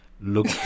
look